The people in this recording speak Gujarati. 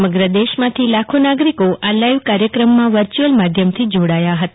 સમગ્ર દેશમાંથી લાખો નાગરીકો આ લાઈવ કાર્યક્રમમાં વર્ચ્યુઅલ માધ્યમથી જોડાયા હતા